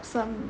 some